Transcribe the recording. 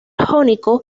jónico